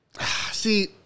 See